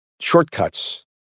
shortcuts